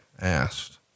asked